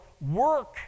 work